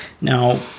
Now